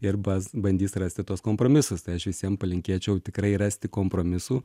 ir bas bandys rasti tuos kompromisus tai aš visiem palinkėčiau tikrai rasti kompromisų